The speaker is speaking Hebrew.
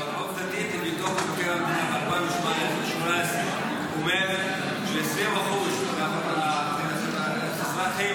עובדתית --- דוח מ-2018 אומר ש-20% מהאזרחים